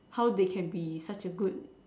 how they can be such a good